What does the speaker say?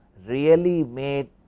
really made